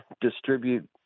distribute